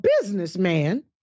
businessman